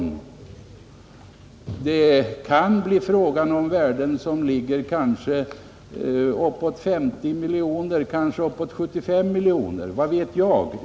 Det kan bli fråga om värden som ligger kanske uppåt 50—75 miljoner kronor, vad vet jag.